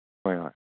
ꯍꯣꯏ ꯍꯣꯏ